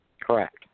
Correct